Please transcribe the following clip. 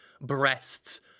breasts